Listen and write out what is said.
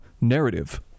narrative